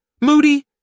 Moody